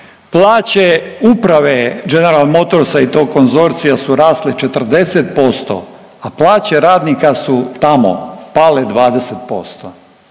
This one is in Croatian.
Plaće uprave General motorsa i tog konzorcija su rasle 40%, a plaće radnika su tamo, pale 20%.